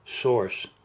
Source